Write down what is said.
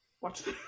watch